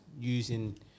using